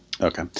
okay